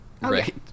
Right